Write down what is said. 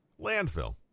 Landfill